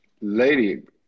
Lady